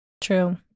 True